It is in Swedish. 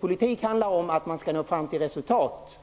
Politik handlar ju om att nå fram till resultat.